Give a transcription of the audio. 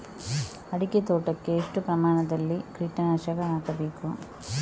ಅಡಿಕೆ ತೋಟಕ್ಕೆ ಎಷ್ಟು ಪ್ರಮಾಣದಲ್ಲಿ ಕೀಟನಾಶಕ ಹಾಕಬೇಕು?